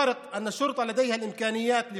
ההבדל הוא שבחברה היהודית למשטרה יש אפשרויות